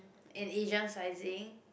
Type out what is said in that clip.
an Asian sizing